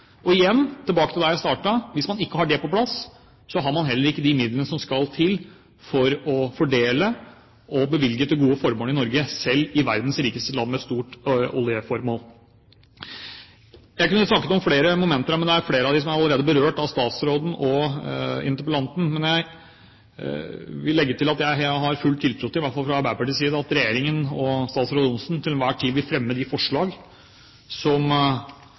Tilbake til der jeg startet: Hvis man ikke har det på plass, har man heller ikke de midlene som skal til for å fordele og bevilge til gode formål i Norge – selv i verdens rikeste land med stor oljeformue. Jeg kunne snakket om flere momenter, men det er flere av dem som allerede er berørt av statsråden og interpellanten. Men jeg vil legge til at vi, i hvert fall fra Arbeiderpartiets side, har full tiltro til at regjeringen og statsråd Johnsen til enhver tid vil fremme de forslag som